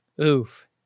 Oof